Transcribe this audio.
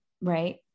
right